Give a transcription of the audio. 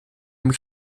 mich